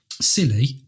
silly